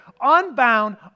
unbound